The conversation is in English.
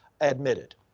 admitted